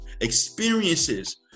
experiences